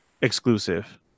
exclusive